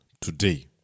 today